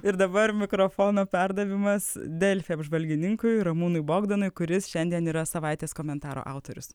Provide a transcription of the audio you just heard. ir dabar mikrofono perdavimas delfi apžvalgininkui ramūnui bogdanui kuris šiandien yra savaitės komentaro autorius